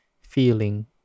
feeling